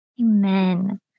Amen